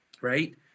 right